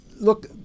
look